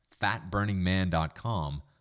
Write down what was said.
fatburningman.com